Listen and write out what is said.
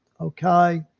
Okay